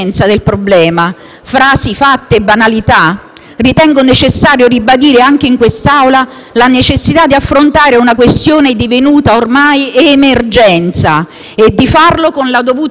ritengo necessario ribadire anche in quest'Aula la necessità di affrontare una questione divenuta ormai emergenza e di farlo con la dovuta attenzione così come è stato fatto nella nostra mozione.